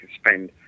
spend